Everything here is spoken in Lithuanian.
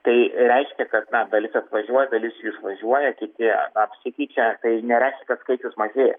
tai reiškia kad na dalis atvažiuoja dalis jų išvažiuoja kiti apsikeičia tai nereiškia kad skaičius mažėja